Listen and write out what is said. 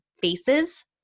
faces